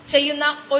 ഇത് വളരെ രസകരമാണ്